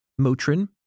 Motrin